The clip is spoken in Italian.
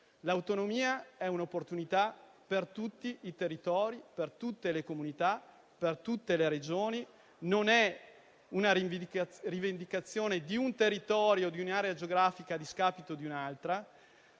l'autonomia è un'opportunità per tutti i territori, per tutte le comunità e per tutte le Regioni. Non è la rivendicazione di un territorio o di un'area geografica a discapito di un'altra,